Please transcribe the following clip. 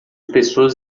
pessoas